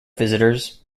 visitors